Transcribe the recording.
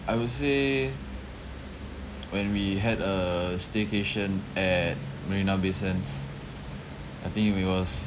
I would say when we had a staycation at marina bay sands I think we it was